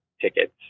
tickets